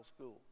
school